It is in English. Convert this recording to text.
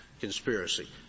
conspiracy